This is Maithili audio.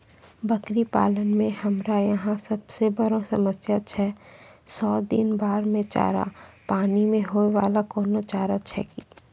बकरी पालन मे हमरा यहाँ सब से बड़ो समस्या छै सौ दिन बाढ़ मे चारा, पानी मे होय वाला कोनो चारा छै कि?